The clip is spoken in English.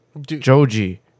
Joji